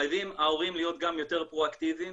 ההורים חייבים להיות יותר פרואקטיביים